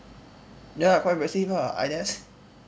ya quite impressive ah I just